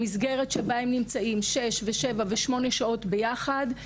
המסגרת שבה הם נמצאים 6,7,8 שעות ביחד,